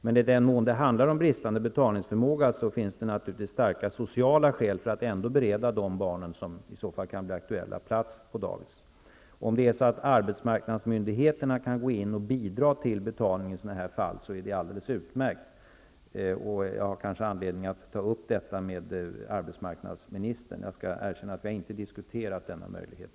Men i den mån det handlar om bristande betalningsförmåga finns det naturligtvis starka sociala skäl att ändå bereda de barn som i så fall kan bli aktuella plats på dagis. Om arbetsmarknadsmyndigheterna kan gå in och bidra till betalning i sådana fall är det alldeles utmärkt. Jag har kanske anledning att ta upp detta med arbetsmarknadsministern -- jag skall erkänna att vi hittills inte har diskuterat denna möjlighet.